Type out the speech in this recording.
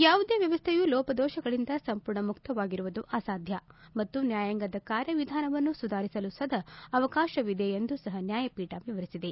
ಯಾವುದೇ ವ್ಯವಸ್ಗೆಯೂ ಲೋಪದೋಷಗಳಿಂದ ಸಂಪೂರ್ಣ ಮುಕ್ತವಾಗಿರುವುದು ಅಸಾಧ್ಯ ಮತ್ತು ನ್ಯಾಯಾಂಗದ ಕಾರ್ಯವಿಧಾನವನ್ನೂ ಸುಧಾರಿಸಲು ಸದಾ ಅವಕಾಶವಿದೆ ಎಂದೂ ಸಹ ನ್ಯಾಯಪೀಠ ವಿವರಿಸಿದೆ